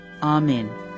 Amen